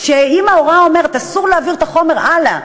אם ההוראה אומרת: אסור להעביר את החומר הלאה,